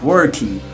Working